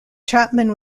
chapman